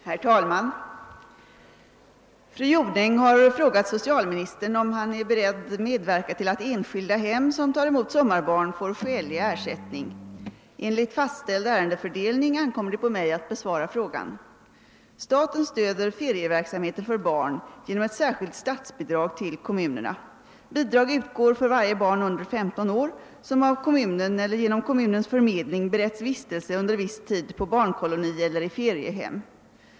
Herr talman! Fru Jonäng har frågat socialministern om han är beredd medverka till att enskilda hem som tar emot sommarbarn får skälig ersättning. Enligt fastställd ärendefördelning ankommer det på mig att besvara frågan. Staten stöder ferieverksamheten för barn genom ett särskilt statsbidrag till kommunerna. Bidrag utgår för varje barn under 15 år som av kommunen eller genom kommunens förmedling beretts vistelse under viss tid på barnkoloni eller i feriehem.